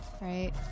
Right